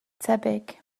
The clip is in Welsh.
tebyg